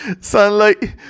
Sunlight